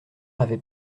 avait